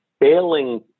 failing